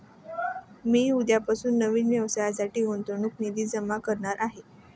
मी उद्यापासून नवीन व्यवसायासाठी गुंतवणूक निधी जमा करणार आहे